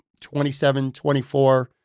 27-24